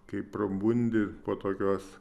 kai prabundi po tokios